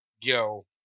yo